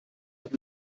mit